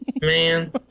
Man